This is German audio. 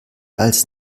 als